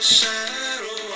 shadow